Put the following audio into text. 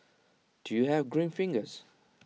do you have green fingers